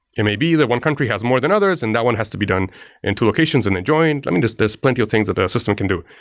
it may be that one country has more than others, and that one has to be done in two locations and then join. i mean, there's plenty of things that a system can do.